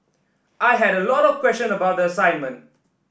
I had a lot of question about the assignment